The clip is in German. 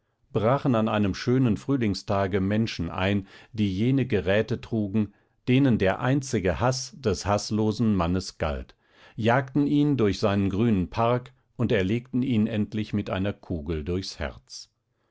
brachen an einem schönen frühlingstage menschen ein die jene geräte trugen denen der einzige haß des haßlosen mannes galt jagten ihn durch seinen grünen park und erlegten ihn endlich mit einer kugel durchs herz